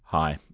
hi,